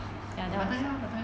butter lah butter